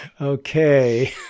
Okay